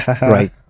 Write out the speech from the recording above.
right